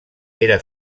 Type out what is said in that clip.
era